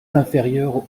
inférieure